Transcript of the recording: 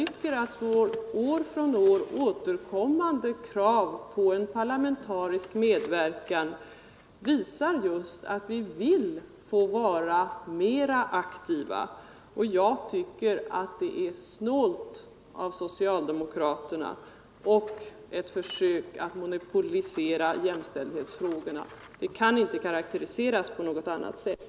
Vårt år efter år återkommande krav på en parlamentarisk medverkan visar att vi vill vara mer aktiva. Jag tycker att detta är snålt av socialdemokraterna och ett försök att monopolisera jämställdhetsfrågorna. Det kan inte karakteriseras på något annat sätt.